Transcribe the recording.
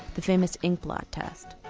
the famous ink blot test.